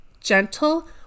gentle